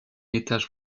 étage